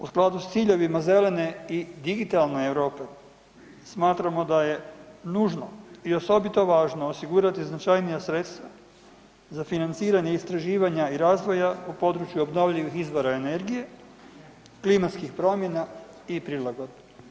U skladu s ciljevima zelene i digitalne Europe smatramo da je nužno i osobito važno osigurati značajnija sredstva za financiranje istraživanja i razvoja u području obnovljivih izvora energije, klimatskih promjena i prilagodbe.